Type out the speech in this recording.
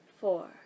four